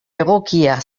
egokia